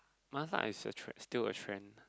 Mala is a trend still a trend